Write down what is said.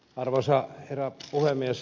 arvoisa herra puhemies